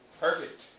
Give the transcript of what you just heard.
perfect